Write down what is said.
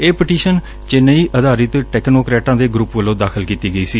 ਇਹ ਪਟੀਸ਼ਨ ਚੇਨਈ ਆਧਾਰਿਤ ਟੈਕਨੋਕਰੈਟਾਂ ਦੇ ਗਰੁੱਪ ਵੱਲੋਂ ਦਾਖ਼ਲ ਕੀਤੀ ਗਈ ਸੀ